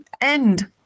end